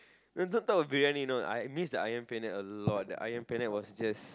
no don't talk of biryani no I I miss the Ayam-Penyet a lot the Ayam-Penyet was just